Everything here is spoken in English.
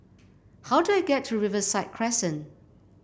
how do I get to Riverside Crescent